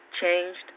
Changed